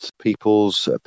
people's